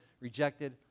rejected